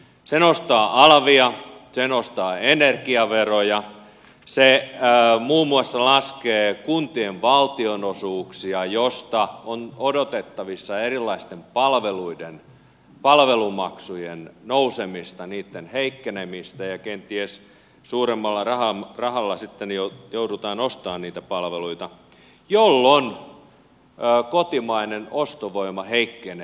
se nostaa alvia se nostaa energiaveroja se muun muassa laskee kuntien valtionosuuksia mistä on odotettavissa erilaisten palveluiden palvelumaksujen nousemista niitten heikkenemistä ja kenties suuremmalla rahalla sitten joudutaan ostamaan niitä palveluita jolloin kotimainen ostovoima heikkenee